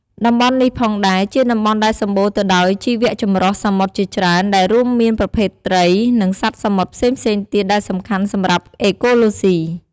តំបន់នេះផងដែរ ជាតំបន់ដែលសំបូរទៅដោយជីវៈចម្រុះសមុទ្រជាច្រើន ដែលរួមមានប្រភេទត្រី និងសត្វសមុទ្រផ្សេងៗទៀតដែលសំខាន់សម្រាប់អេកូឡូសុី។